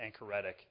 anchoretic